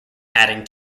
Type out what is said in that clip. adding